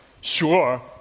sure